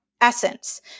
Essence